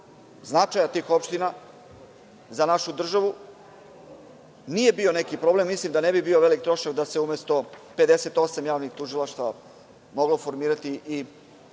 značaja tih opština za našu državu, nije bio neki problem. Mislim da ne bi bio veliki trošak da se umesto 58 javnih tužilaštava moglo formirati